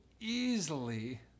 easily